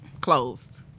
closed